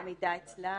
המידע אצלה,